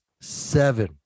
seven